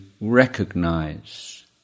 recognize